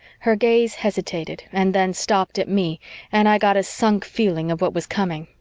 her gaze hesitated and then stopped at me and i got a sunk feeling of what was coming,